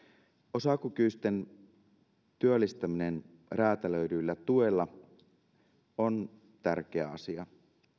osatyökykyisten työllistäminen räätälöidyllä tuella on tärkeä asia